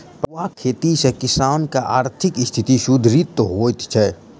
पटुआक खेती सॅ किसानकआर्थिक स्थिति सुदृढ़ होइत छै